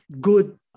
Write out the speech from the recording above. good